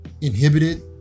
inhibited